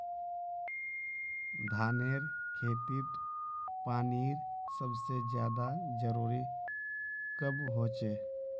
धानेर खेतीत पानीर सबसे ज्यादा जरुरी कब होचे?